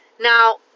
Now